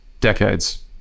decades